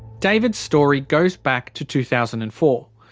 david's story goes back to two thousand and four.